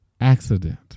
accident